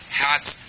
hats